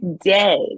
day